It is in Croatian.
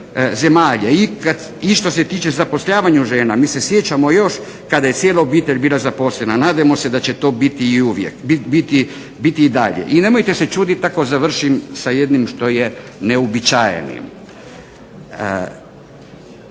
i što se tiče zapošljavanja žena, mi se sjećamo još kada je cijela obitelj bila zaposlena, nadajmo se da će to biti i dalje. I nemojte se začuditi sa nečim što je neuobičajeno.